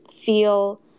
feel